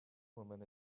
woman